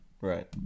Right